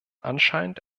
anscheinend